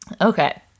Okay